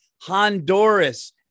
Honduras